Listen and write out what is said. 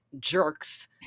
jerks